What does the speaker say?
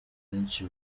benshi